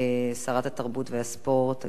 שרת התרבות והספורט,